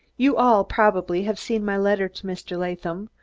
you all, probably, have seen my letter to mr. latham,